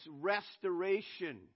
restoration